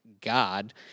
God